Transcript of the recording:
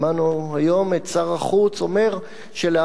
שמענו היום את שר החוץ אומר שלהערכתו,